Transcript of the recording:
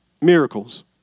miracles